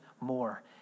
more